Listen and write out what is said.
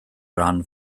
rhan